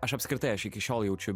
aš apskritai aš iki šiol jaučiu